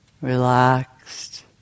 relaxed